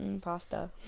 pasta